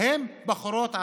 הם בחורות ערביות.